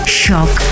shock